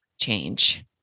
change